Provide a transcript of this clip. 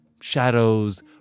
shadows